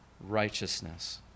righteousness